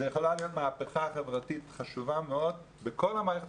זאת יכולה להיות מהפכה חברתית בכל המערכת